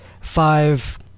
five